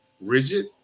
rigid